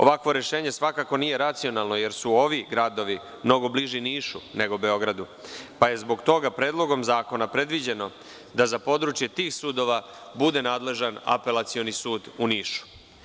Ovakvo rešenje svakako nije racionalno, jer su ovi gradovi mnogo bliži Nišu nego Beogradu, pa je zbog toga Predlogom zakona predviđeno da za područje tih sudova bude nadležan Apelacioni sud u Nišu.